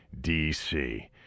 DC